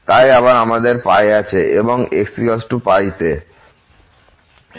তাই আবার আমাদের আছে xπ তে